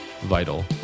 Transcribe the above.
vital